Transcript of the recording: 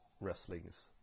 Wrestling's